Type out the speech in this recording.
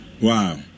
Wow